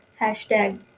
hashtag